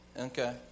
Okay